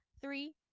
three